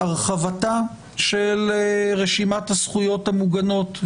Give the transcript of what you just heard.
הרחבתה של רשימת הזכויות המוגנות.